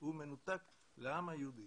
שהוא מנותק מהעם היהודי.